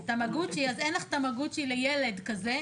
אז אין לך טמגוצ'י לילד כזה,